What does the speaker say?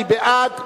מי בעד?